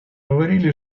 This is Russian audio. говорили